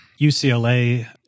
UCLA